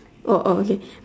oh oh okay